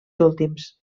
últims